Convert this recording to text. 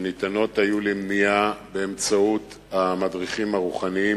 שניתנות היו למניעה באמצעות המדריכים הרוחניים,